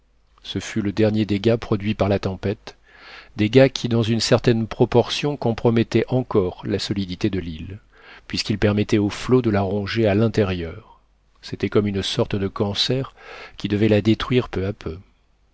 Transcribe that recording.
ce fut le dernier dégât produit par la tempête dégât qui dans une certaine proportion compromettait encore la solidité de l'île puisqu'il permettait aux flots de la ronger à l'intérieur c'était comme une sorte de cancer qui devait la détruire peu à peu